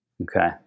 Okay